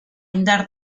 indar